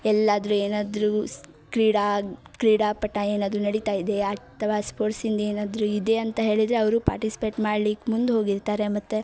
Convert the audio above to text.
ಎಲ್ಲಾದರೂ ಏನಾದರೂ ಕ್ರೀಡಾ ಕ್ರೀಡಾ ಪಟ ಏನಾದರೂ ನಡಿತ ಇದೆ ಅಥವಾ ಸ್ಫೋಟ್ಸಿಂದು ಏನಾದರೂ ಇದೆ ಅಂತ ಹೇಳಿದರೆ ಅವರು ಪಾರ್ಟಿಸಿಪೇಟ್ ಮಾಡ್ಲಿಕ್ಕೆ ಮುಂದೆ ಹೋಗಿರ್ತಾರೆ ಮತ್ತು